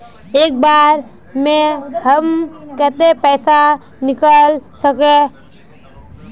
एक बार में हम केते पैसा निकल सके?